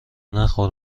نخور